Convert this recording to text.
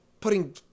putting